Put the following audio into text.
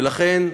ולכן,